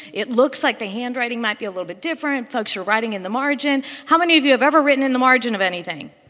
it looks like the handwriting might be a little bit different, plus you're writing in the margin. how many of you have ever written in the margin of anything?